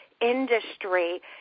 industry